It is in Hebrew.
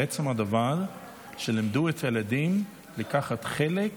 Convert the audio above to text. עצם הדבר שלימדו את הילדים לקחת חלק